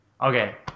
Okay